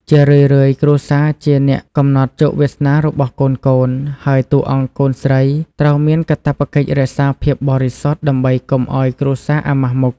ជារឿយៗ គ្រួសារជាអ្នកកំណត់ជោគវាសនារបស់កូនៗ ហើយតួអង្គកូនស្រីត្រូវមានកាតព្វកិច្ចរក្សាភាពបរិសុទ្ធដើម្បីកុំឱ្យគ្រួសារអាម៉ាស់មុខ។